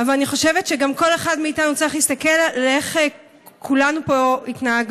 אבל אני חושבת שגם כל אחד מאתנו צריך להסתכל על איך כולנו פה התנהגנו.